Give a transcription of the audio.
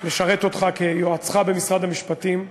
לשרת אותך כיועצך במשרד המשפטים.